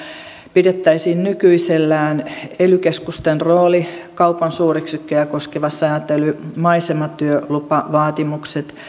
pidettäisiin nykyisellään ely keskusten rooli kaupan suuryksikköjä koskeva säätely maisematyölupavaatimukset